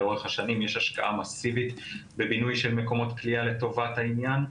לאורך השנים יש השקעה מסיבית בבינוי של מקומות כליאה לטובת העניין.